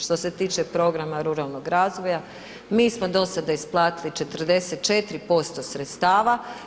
Što se tiče programa Ruralnoga razvoja, mi smo do sada isplatili 44% sredstava.